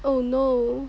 oh no